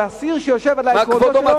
הוא אסיר שיושב על העקרונות שלו,